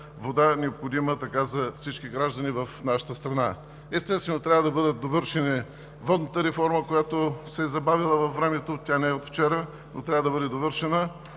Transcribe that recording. така необходимата вода за всички граждани в нашата страна. Естествено, трябва да бъде довършена водната реформа, която се е забавила във времето. Тя не е от вчера, но трябва да бъде довършена.